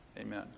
Amen